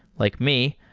like me,